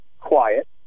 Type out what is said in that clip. quiet